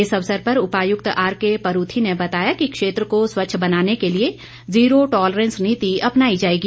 इस अवसर पर उपायुक्त आर के परूथी ने बताया कि क्षेत्र को स्वच्छ बनाने के लिए जीरो टॉलरेंस नीति अपनाई जाएगी